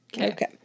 Okay